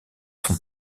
son